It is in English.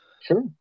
sure